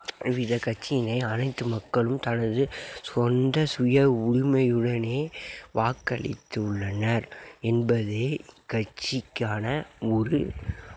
இவ்வித கட்சியினை அனைத்து மக்களும் தனது சொந்த சுய உரிமையுடனே வாக்களித்து உள்ளனர் என்பதே கட்சிக்கான ஒரு